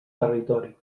territori